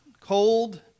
cold